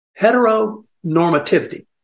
heteronormativity